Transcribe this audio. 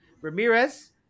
Ramirez